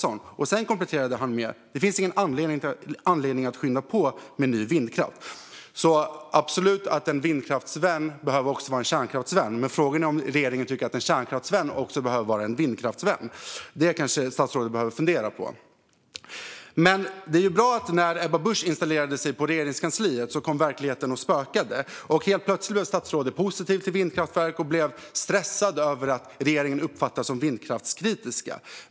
Och sedan kompletterade han med: Det finns ingen anledning att skynda på ny vindkraft. En vindkraftsvän behöver också vara en kärnkraftsvän, men frågan är om regeringen tycker att en kärnkraftsvän också behöver vara en vindkraftsvän. Det kanske statsrådet behöver fundera på. Det var bra att verkligheten kom och spökade när statsrådet Ebba Busch installerade sig i Regeringskansliet och att statsrådet helt plötsligt blev positiv till vindkraftverk och blev stressad över att regeringen uppfattades som vindkraftskritisk.